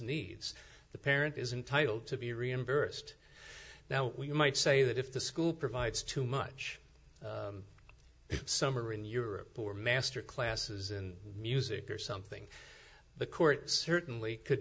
needs the parent is entitle to be reimbursed now you might say that if the school provides too much summer in europe or master classes in music or something the court certainly could